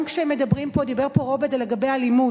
גם כשמדברים פה, דיבר פה רוברט, על אלימות,